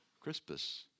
Crispus